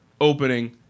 opening